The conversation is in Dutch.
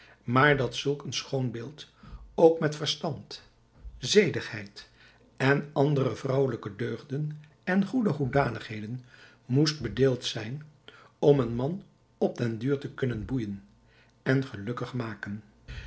maar dat zulk een schoon beeld ook met verstand zedigheid en andere vrouwelijke deugden en goede hoedanigheden moest bedeeld zijn om een man op den duur te kunnen boeijen en gelukkig te maken